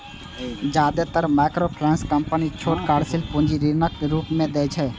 जादेतर microfinance company छोट कार्यशील पूंजी ऋणक रूप मे दै छै